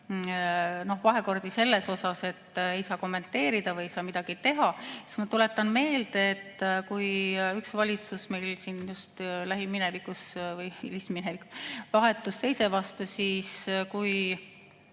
vahekorda selles mõttes, et ei saa kommenteerida või ei saa midagi teha, siis ma tuletan meelde, et üks valitsus meil siin just lähiminevikus või hilisminevikus vahetus teise vastu, ja kui